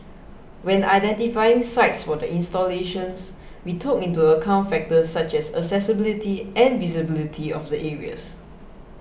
when identifying sites for the installations we took into account factors such as accessibility and visibility of the areas